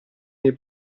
nei